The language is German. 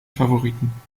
favoriten